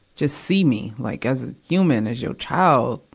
just see me, like, as a human, as your child,